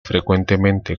frecuentemente